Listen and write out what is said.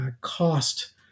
cost